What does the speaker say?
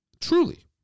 truly